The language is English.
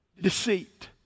deceit